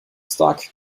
starke